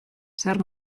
zer